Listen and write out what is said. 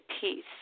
peace